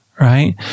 right